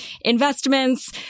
investments